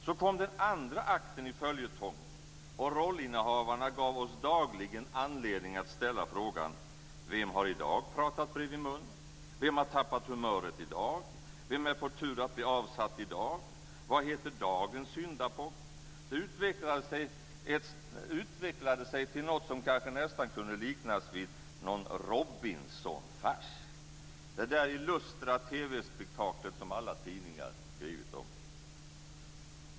Så kom den andra akten i följetongen, och rollinnehavarna gav oss dagligen anledning att ställa frågorna: Vem har i dag pratat bredvid mun? Vem har tappat humöret i dag? Vem är på tur att bli avsatt i dag? Vad heter dagens syndabock? Detta utvecklade sig till något som kanske nästan kunde liknas vid en Robinsonfars - det där illustra TV-spektaklet som alla tidningar skrivit om.